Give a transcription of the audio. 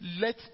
let